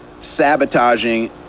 sabotaging